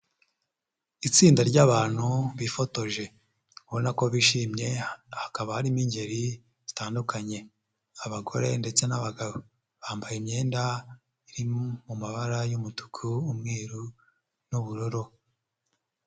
Itsinda ry'abantu bifotoje, ubona ko bishimye hakaba harimo ingeri zitandukanye abagore ndetse n'abagabo, bambaye imyenda iri mu mabara y'umutuku, umweru n'ubururu.